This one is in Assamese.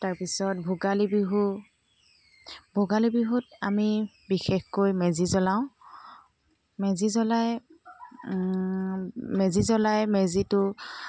তাৰপিছত ভোগালী বিহু ভোগালী বিহুত আমি বিশেষকৈ মেজি জ্বলাওঁ মেজি জ্বলাই মেজি জ্বলাই মেজিটো